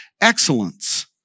excellence